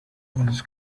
was